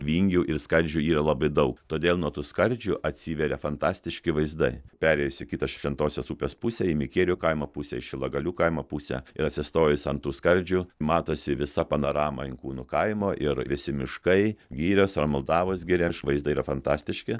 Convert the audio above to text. vingių ir skardžių yra labai daug todėl nuo tų skardžių atsiveria fantastiški vaizdai perėjus į kitą šventosios upės pusę į mikierių kaimo pusę į šilagalių kaimo pusę ir atsistojus ant tų skardžių matosi visa panarama inkūnų kaimo ir visi miškai girios ramuldavos giria švaizdai yra fantastiški